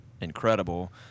incredible